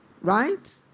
right